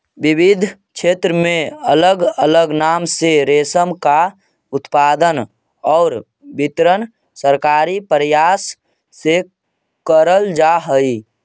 विविध क्षेत्रों में अलग अलग नाम से रेशम का उत्पादन और वितरण सरकारी प्रयास से करल जा हई